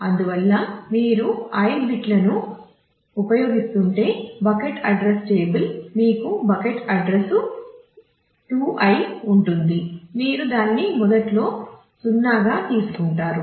అందువల్ల మీరు i bits మీకు బకెట్ అడ్రస్లు 2i ఉంటుంది మీరు దానిని మొదట్లో 0 గా తీసుకుంటారు